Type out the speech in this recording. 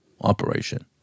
operation